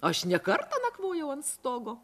aš ne kartą nakvojau ant stogo